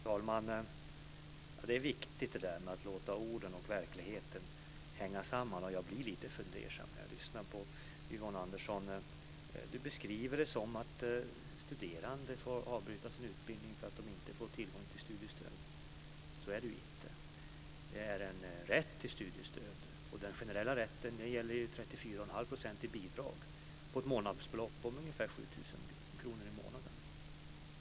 Fru talman! Det är viktigt att orden och verkligheten stämmer överens, men jag blir lite fundersam när jag lyssnar på Yvonne Andersson. Hon beskriver läget så att studerande får avbryta sin utbildning därför att de inte får tillgång till studiestöd. Så är det ju inte. Det finns en rätt till studiestöd, och den generella rätten gäller 34,5 % i bidrag på ett månadsbelopp om ungefär 7 000 kr i månaden.